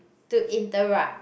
to interrupt